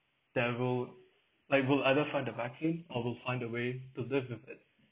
they will like will either find a vaccine or will find a way to live with it